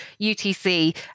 UTC